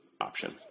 option